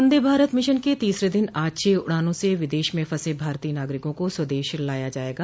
वंदे Bharat mission के तीसरे दिन आज छह उड़ानों से विदेश में फंसे भारतीय नागरिकों को स्वदेश लाया जायेगा